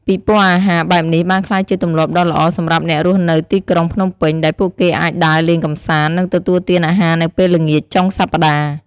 ពិព័រណ៍អាហារបែបនេះបានក្លាយជាទម្លាប់ដ៏ល្អសម្រាប់អ្នករស់នៅទីក្រុងភ្នំពេញ ដែលពួកគេអាចដើរលេងកម្សាន្ត និងទទួលទានអាហារនៅពេលល្ងាចចុងសប្ដាហ៍។